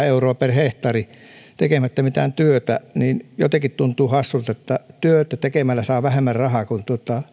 euroa per hehtaari tekemättä mitään työtä jotenkin tuntuu hassulta että työtä tekemällä saa vähemmän rahaa kuin